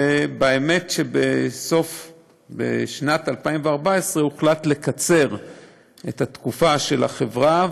האמת היא שבשנת 2014 הוחלט לקצר את התקופה של החברה,